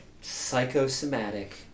Psychosomatic